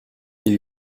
ils